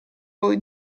voi